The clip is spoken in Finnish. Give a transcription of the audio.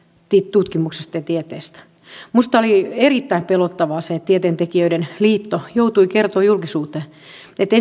tutkimuksesta ja tieteestä minusta oli erittäin pelottavaa se että tieteentekijöiden liitto joutui kertomaan julkisuuteen että